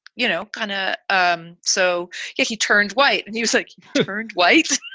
you know, kind of. um so yeah he turned white and he was like turned white.